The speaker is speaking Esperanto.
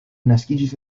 naskiĝis